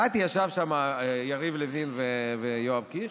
באתי, ישבו שם יריב לוין ויואב קיש.